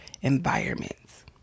environments